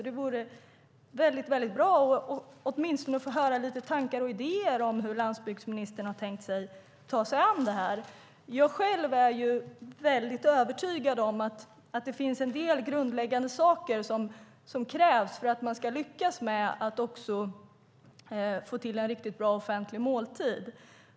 Det vore alltså väldigt bra att åtminstone få höra lite tankar och idéer om hur landsbygdsministern har tänkt ta sig an det här. Jag är själv väldigt övertygad om att det finns en del grundläggande saker som krävs för att man ska lyckas med att få till en riktigt bra offentlig måltid.